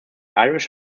irish